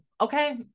Okay